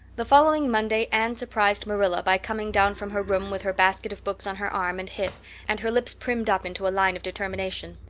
the following monday anne surprised marilla by coming down from her room with her basket of books on her arm and hip and her lips primmed up into a line of determination.